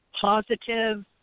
positive